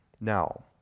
Now